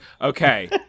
okay